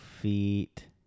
feet